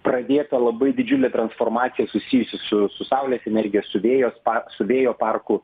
pradėta labai didžiulė transformacija susijusi su su saulės energija su vėjo su vėjo parku